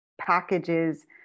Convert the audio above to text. packages